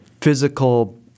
physical